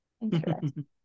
Interesting